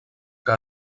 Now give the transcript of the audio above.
que